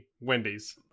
Wendy's